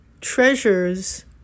treasures